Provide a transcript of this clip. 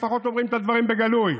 לפחות אומרים את הדברים בגלוי,